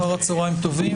אחר-צוהריים טובים